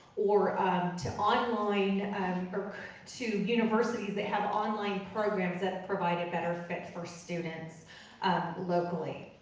or to online, or to universities that have online programs that provide a better fit for students locally.